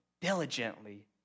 diligently